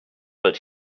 but